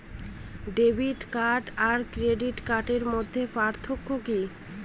Debit card আর credit কার্ডের মধ্যে পার্থক্য কি?